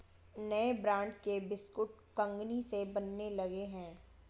नए ब्रांड के बिस्कुट कंगनी से बनने लगे हैं